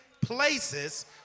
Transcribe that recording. places